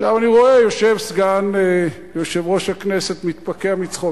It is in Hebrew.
אני רואה את סגן יושב-ראש הכנסת יושב מתפקע מצחוק,